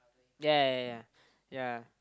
ya ya ya ya